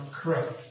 correct